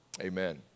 amen